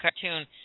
cartoon